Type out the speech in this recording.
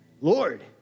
Lord